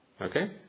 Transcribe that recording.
Okay